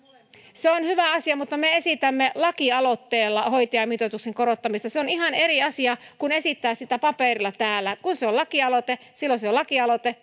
se on hyvä asia mutta me esitämme lakialoitteella hoitajamitoituksen korottamista se on ihan eri asia kuin esittää sitä paperilla täällä kun se on lakialoite silloin se on lakialoite